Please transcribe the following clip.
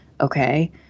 Okay